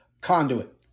conduit